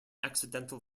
accidental